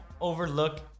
overlook